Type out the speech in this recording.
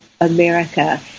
America